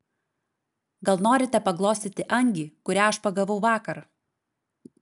gal norite paglostyti angį kurią aš pagavau vakar